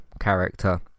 character